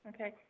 Okay